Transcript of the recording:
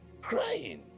crying